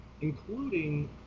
including